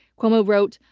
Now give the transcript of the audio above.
cuomo wrote,